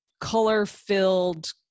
color-filled